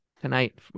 tonight